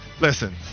listen